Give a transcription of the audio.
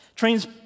Trains